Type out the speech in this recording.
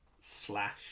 slash